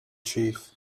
chief